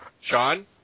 Sean